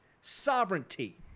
sovereignty